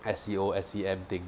S_E_O S_E_M thing